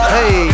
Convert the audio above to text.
Hey